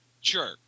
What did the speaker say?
Sure